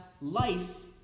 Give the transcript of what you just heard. life